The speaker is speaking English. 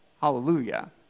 hallelujah